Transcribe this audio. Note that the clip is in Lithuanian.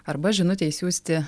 arba žinutę išsiųsti